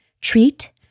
treat